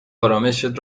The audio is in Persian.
آرامِشت